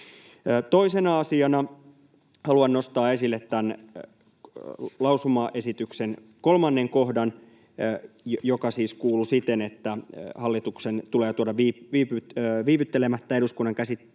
Toisena asiana haluan nostaa esille tämän lausumaesityksen kolmannen kohdan, joka siis kuuluu siten, että hallituksen tulee tuoda viivyttelemättä eduskunnan käsiteltäväksi